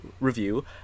review